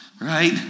right